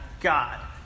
God